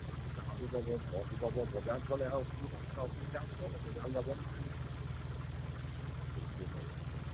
কুকুৰাটো দোকানটো পাব ঘৰতো পাব বজাৰত গ'লে আৰু বস্তুতো আপোনাৰ অসুবিধা হ'ব বজাৰলৈ যাব নালাগে এইখিনিতেই